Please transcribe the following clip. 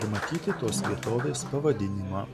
ir matyti tos vietovės pavadinimą